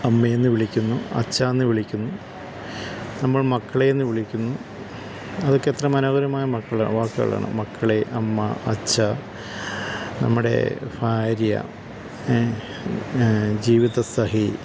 അമ്മ എന്ന് വിളിക്കുന്നു അച്ഛാ എന്ന് വിളിക്കുന്നു നമ്മൾ മക്കളേന്ന് വിളിക്കുന്നു അതൊക്കെ എത്ര മനോഹരമായ മക്കൾ വാക്കുകളാണ് മക്കളെ അമ്മ അച്ഛ നമ്മുടെ ഭാര്യ ജീവിത സഖി